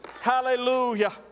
hallelujah